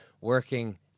working